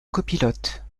copilote